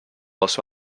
also